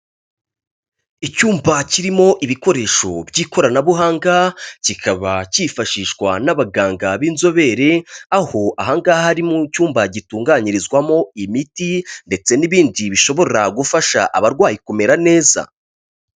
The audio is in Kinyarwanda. Icyumba kirimo ibikoresho by'ikoranabuhanga, kikaba cyifashishwa n'abaganga b'inzobere, aho aha ngaha ari mu cyumba gitunganyirizwamo imiti ndetse n'ibindi bishobora gufasha abarwayi kumera neza.